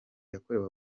yakorewe